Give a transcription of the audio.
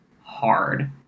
hard